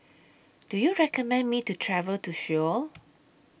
Do YOU recommend Me to travel to Seoul